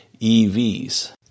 EVs